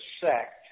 sect